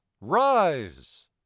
rise